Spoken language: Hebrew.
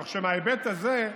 כך שמההיבט הזה,